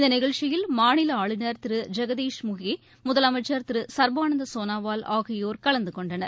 இந்த நிகழ்ச்சியில் மாநில ஆளுநர் திரு ஜெகதீஷ் முகி முதலமைச்சர் திரு சர்பானந்த சோனாவால் ஆகியோர் கலந்துகொண்டனர்